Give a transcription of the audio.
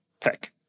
pick